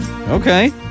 Okay